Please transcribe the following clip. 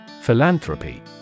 Philanthropy